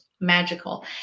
magical